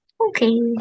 Okay